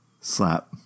Slap